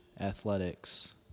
athletics